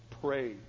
pray